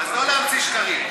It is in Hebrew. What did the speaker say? אז לא להמציא שקרים.